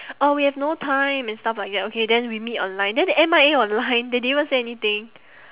uh we have no time and stuff like that okay then we meet online then they M_I_A online they didn't even say anything